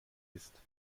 ist